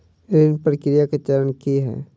ऋण प्रक्रिया केँ चरण की है?